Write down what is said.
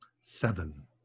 Seven